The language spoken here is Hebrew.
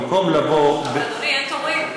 במקום לבוא, אבל אדוני, אין תורים.